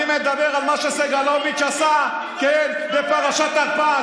אני מדבר על מה שסגלוביץ' עשה, כן, בפרשת הרפז.